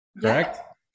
correct